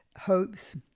hopes